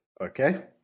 Okay